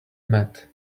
met